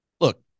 Look